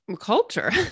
culture